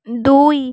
ଦୁଇ